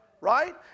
right